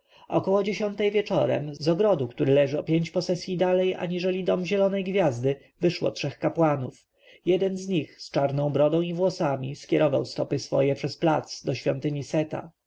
około dziesiątej wieczorem z ogrodu który leży o pięć posesyj dalej aniżeli dom zielonej gwiazdy wyszło trzech kapłanów jeden z nich z czarną brodą i włosami skierował stopy swoje przez plac do świątyni seta